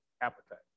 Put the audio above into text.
appetite